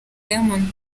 diamond